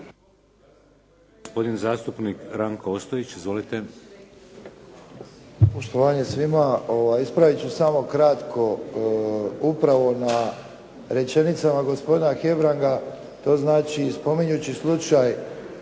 Gospodin zastupnik Ranko Ostojić. Izvolite. **Ostojić, Ranko (SDP)** Poštovanje svima. Rekao bih samo kratko. Upravo na rečenicama gospodina Hebranga to znači spominjući slučaj